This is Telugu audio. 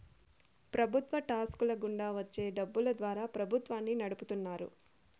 ప్రభుత్వ టాక్స్ ల గుండా వచ్చే డబ్బులు ద్వారా ప్రభుత్వాన్ని నడుపుతున్నాయి